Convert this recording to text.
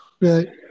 Right